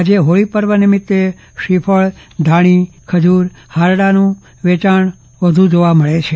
આજે હોળી પર્વ નિમિત્તે શ્રીફળ ધાણી ખજૂર હારડાનું વેંચાણ વધુ જોવા મળશે